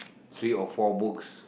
three or four books